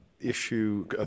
issue